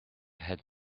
had